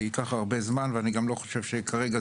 קודם כול,